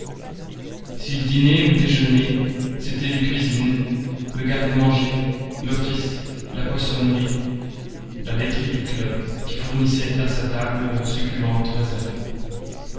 s'il dînait ou déjeunait c'étaient les cuisines le garde-manger l'office la poissonnerie la laiterie du club qui fournissaient à sa table leurs succulentes réserves